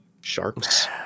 Sharks